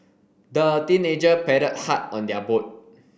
the teenager paddled hard on their boat